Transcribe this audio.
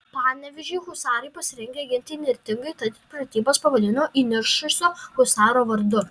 panevėžį husarai pasirengę ginti įnirtingai tad ir pratybas pavadino įniršusio husaro vardu